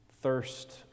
thirst